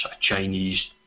Chinese